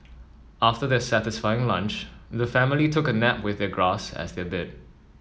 after their satisfying lunch the family took a nap with the grass as their bed